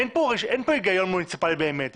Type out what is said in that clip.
אין פה היגיון מוניציפאלי באמת.